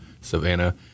Savannah